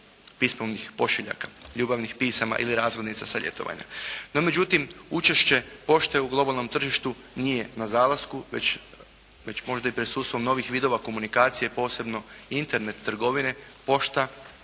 pismovnih pošiljka, ljubavnih pisama ili razglednica sa ljetovanja. No međutim, učešće pošte u globalnom tržištu nije na zalasku, već možda i pred sudstvom novih vidova komunikacije, posebno Internet trgovine, pošta,